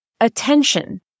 Attention